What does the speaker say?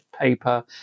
paper